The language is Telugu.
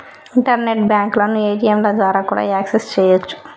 ఇంటర్నెట్ బ్యాంకులను ఏ.టీ.యంల ద్వారా కూడా యాక్సెస్ చెయ్యొచ్చు